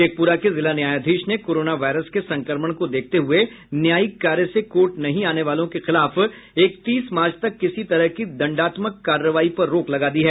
शेखपुरा के जिला न्यायाधीश ने कोरोना वायरस के संक्रमण को देखते हुए न्यायिक कार्य से कोर्ट नहीं आने वालों के खिलाफ इकतीस मार्च तक किसी तरह की दंडात्मक कार्रवाई पर रोक लगा दी है